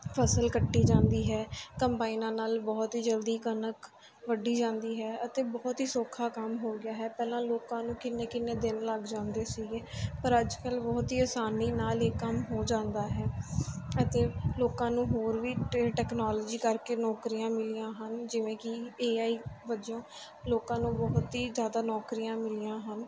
ਫ਼ਸਲ ਕੱਟੀ ਜਾਂਦੀ ਹੈ ਕੰਬਾਈਨਾਂ ਨਾਲ ਬਹੁਤ ਹੀ ਜਲਦੀ ਕਣਕ ਵੱਢੀ ਜਾਂਦੀ ਹੈ ਅਤੇ ਬਹੁਤ ਹੀ ਸੌਖਾ ਕੰਮ ਹੋ ਗਿਆ ਹੈ ਪਹਿਲਾਂ ਲੋਕਾਂ ਨੂੰ ਕਿੰਨੇ ਕਿੰਨੇ ਦਿਨ ਲੱਗ ਜਾਂਦੇ ਸੀਗੇ ਪਰ ਅੱਜ ਕੱਲ੍ਹ ਬਹੁਤ ਹੀ ਆਸਾਨੀ ਨਾਲ ਇਹ ਕੰਮ ਹੋ ਜਾਂਦਾ ਹੈ ਅਤੇ ਲੋਕਾਂ ਨੂੰ ਹੋਰ ਵੀ ਟ ਟੈਕਨੋਲੋਜੀ ਕਰਕੇ ਨੌਕਰੀਆਂ ਮਿਲੀਆਂ ਹਨ ਜਿਵੇਂ ਕਿ ਏ ਆਈ ਵਜੋਂ ਲੋਕਾਂ ਨੂੰ ਬਹੁਤ ਹੀ ਜ਼ਿਆਦਾ ਨੌਕਰੀਆਂ ਮਿਲੀਆਂ ਹਨ